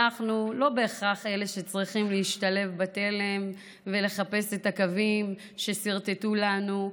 אנחנו לא בהכרח אלה שצריכים להשתלב בתלם ולחפש את הקווים שסרטטו לנו,